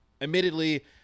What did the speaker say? Admittedly